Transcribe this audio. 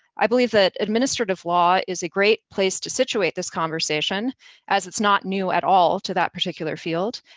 i believe that administrative law is a great place to situate this conversation as it's not new at all to that particular field.